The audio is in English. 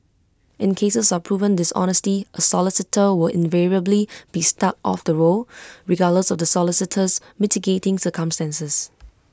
in cases of proven dishonesty A solicitor will invariably be struck off the roll regardless of the solicitor's mitigating circumstances